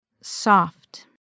Soft